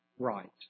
Right